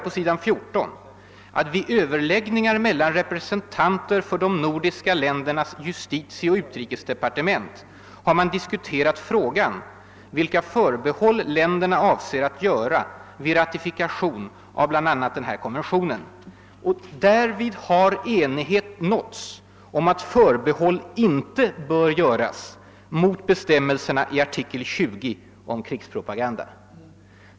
På s. 14 står: » Vid överläggningar mellan representanter för de nordiska ländernas justitieoch utrikesdepartement har diskuterats frågan vilka förbehåll länderna avser att göra vid ratifikation av bl.a. den internationella konventionen om medborgerliga och politiska rättigheter. Därvid har enighet nåtts om att förbehåll inte bör göras mot bestämmelserna i art. 20 om krigspropaganda.»